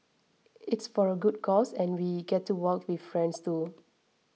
it's for a good cause and we get to walk with friends too